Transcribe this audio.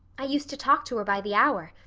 i used to talk to her by the hour,